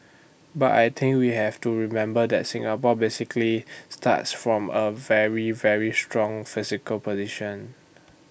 but I think we have to remember that Singapore basically starts from A very very strong physical position